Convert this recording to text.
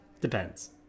Depends